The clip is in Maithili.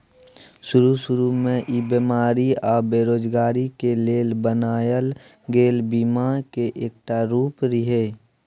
शरू शुरू में ई बेमारी आ बेरोजगारी के लेल बनायल गेल बीमा के एकटा रूप रिहे